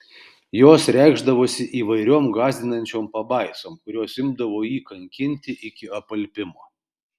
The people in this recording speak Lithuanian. jos reikšdavosi įvairiom gąsdinančiom pabaisom kurios imdavo jį kankinti iki apalpimo